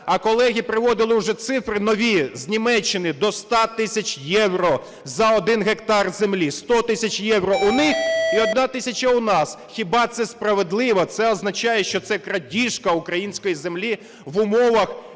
а колеги приводили вже цифри нові з Німеччини, до 100 тисяч євро за один гектар землі. 100 тисяч євро у них і одна тисяча у нас. Хіба це справедливо? Це означає, що це крадіжка української землі в умовах